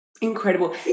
Incredible